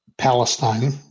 Palestine